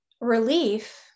relief